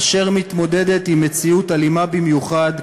אשר מתמודדת עם מציאות אלימה במיוחד,